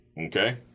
Okay